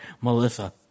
Melissa